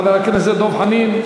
חבר הכנסת דב חנין,